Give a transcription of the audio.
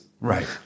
right